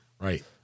right